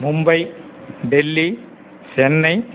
Mumbai Delhi Chennai